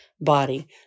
body